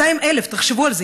200,000, תחשבו על זה.